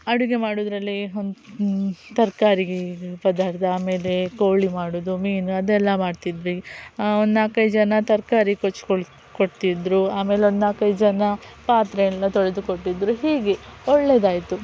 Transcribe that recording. ಅಡುಗೆ ಮಾಡೋದ್ರಲ್ಲಿ ತರಕಾರಿ ಪದಾರ್ಥ ಆಮೇಲೆ ಕೋಳಿ ಮಾಡೋದು ಮೀನು ಅದೆಲ್ಲ ಮಾಡ್ತಿದ್ವಿ ಒಂದು ನಾಲ್ಕೈದು ಜನ ತರಕಾರಿ ಕೊಚ್ಕೊಳ್ಳು ಕೊಡ್ತಿದ್ರು ಆಮೇಲೆ ಒಂದು ನಾಲ್ಕೈದು ಜನ ಪಾತ್ರೆಯೆಲ್ಲ ತೊಳೆದು ಕೊಟ್ಟಿದ್ರು ಹೀಗೆ ಒಳ್ಳೆದಾಯಿತು